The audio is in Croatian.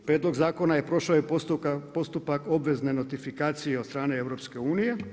Prijedlog zakona je prošao i postupak obvezne notifikacije od strane EU.